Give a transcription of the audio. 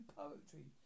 poetry